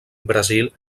brasil